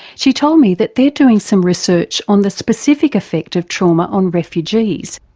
she told me that they are doing some research on the specific effect of trauma on refugees.